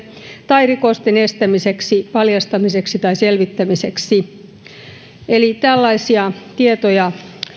tai rikosten estämiseksi paljastamiseksi tai selvittämiseksi eli tällaisia tietoja tietosuojavaltuutettu